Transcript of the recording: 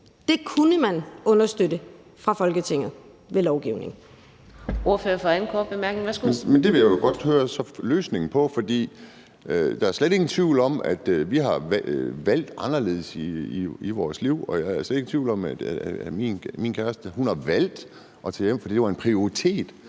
Kim Edberg Andersen (NB): Men det vil jeg jo så godt høre løsningen på. For der er slet ingen tvivl om, at vi har valgt anderledes i vores liv, og jeg er slet ikke i tvivl om, at min kæreste har valgt at tage hjem, fordi det var en prioritet